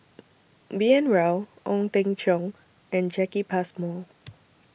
B N Rao Ong Teng Cheong and Jacki Passmore